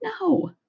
No